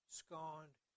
scorned